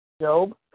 Job